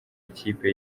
ikipe